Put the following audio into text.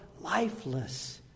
lifeless